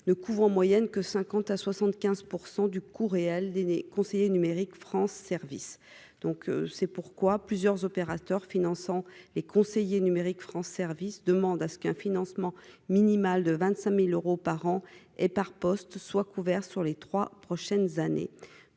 ne couvre en moyenne que 50 à 75 % du coût réel des conseillers numériques France service donc c'est pourquoi plusieurs opérateurs finançant les conseillers numériques France service demande à ce qu'un financement minimal de 25000 euros par an et par poste soit couvert sur les 3 prochaines années,